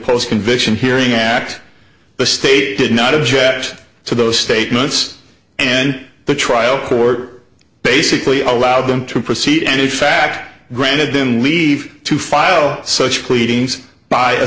post conviction hearing at the state did not object to those statements and the trial court basically allowed them to proceed and in fact granted then leave to file such pleadings by a